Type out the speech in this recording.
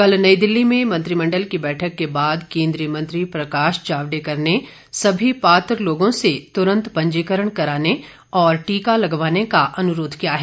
कल नई दिल्ली में मंत्रिमंडल की बैठक के बाद केंद्रीय मंत्री प्रकाश जावड़ेकर ने सभी पात्र लोगों से तुरंत पंजीकरण कराने और टीका लगवाने का अनुरोध किया है